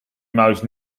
mouse